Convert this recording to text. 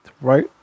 Right